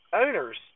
owners